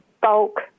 Bulk